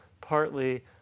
partly